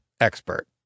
expert